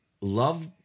love